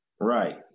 Right